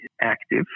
active